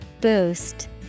Boost